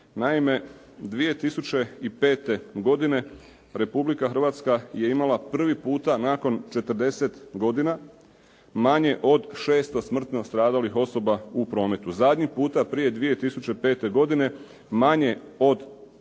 Naime, 2005. godine Republika Hrvatska je imala prvi puta nakon 40 godina manje od 600 smrtno stradalih osoba u prometu. Zadnji puta prije 2005. godine manje od